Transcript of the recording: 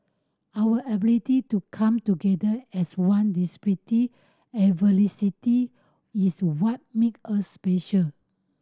our ability to come together as one adversity is what make us special